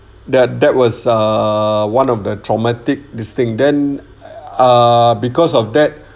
that that was uh one of the traumatic this thing then uh because of that